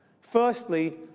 Firstly